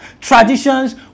traditions